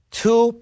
two